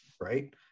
Right